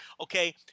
Okay